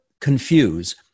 confuse